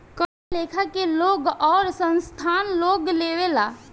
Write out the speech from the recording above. कए लेखा के लोग आउर संस्थान लोन लेवेला